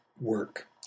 work